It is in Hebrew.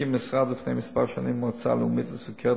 הקים המשרד לפני כמה שנים מועצה לאומית לסוכרת,